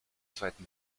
zweiten